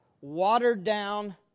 watered-down